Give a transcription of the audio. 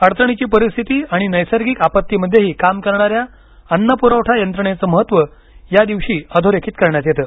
अडचणीची परिस्थिती आणि नैसर्गिक आपत्तीमध्येही काम करणाऱ्या अन्न पुरवठा यंत्रणेचे महत्त्व या दिवशी अधोरेखित करण्यात येतं